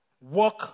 work